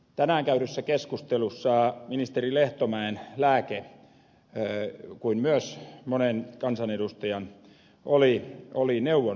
tänään käydyssä keskustelussa ministeri lehtomäen lääke kuin myös monen kansanedustajan oli neuvonnan lisääminen